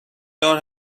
دار